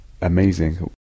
amazing